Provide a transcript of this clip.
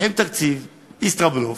לוקחים תקציב ישראבלוף,